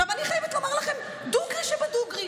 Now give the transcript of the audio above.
עכשיו, אני חייבת לומר לכם דוגרי שבדוגרי,